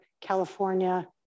California